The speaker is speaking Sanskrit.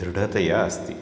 दृढतया अस्ति